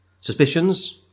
suspicions